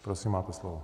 Prosím, máte slovo.